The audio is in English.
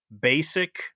basic